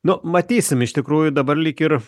nu matysim iš tikrųjų dabar lyg ir